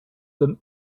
them